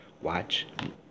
Watch